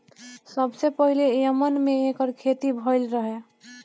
सबसे पहिले यमन में एकर खेती भइल रहे